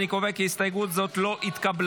אני קובע כי הסתייגות זאת לא התקבלה.